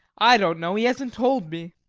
i don't know he hasn't told me.